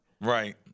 Right